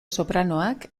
sopranoak